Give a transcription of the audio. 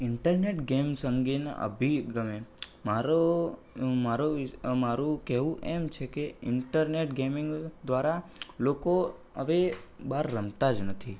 internet games અંગેના અભિગમે મારો મારો મારું કેવું એમ છે કે ઇન્ટરનેટ ગેમિંગ દ્વારા લોકો હવે બહાર રમતા જ નથી